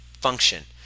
function